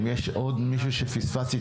אם יש עוד מישהו שפספסתי,